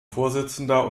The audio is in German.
vorsitzender